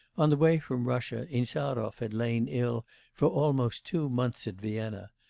on the way from russia, insarov had lain ill for almost two months at vienna,